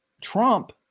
Trump